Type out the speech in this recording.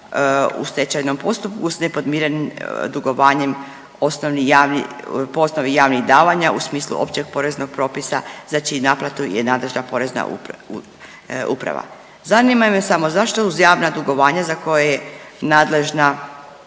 u stečajnom postupku sa nepodmirenim dugovanjem po osnovi javnih davanja u smislu općeg poreznog propisa za čiju naplatu je nadležna Porezna uprava. Zanima me samo zašto uz javna dugovanja za koje je nadležna